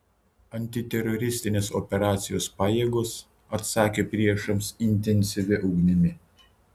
antiteroristinės operacijos pajėgos atsakė priešams intensyvia ugnimi